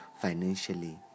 financially